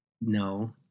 No